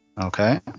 Okay